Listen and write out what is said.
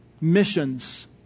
missions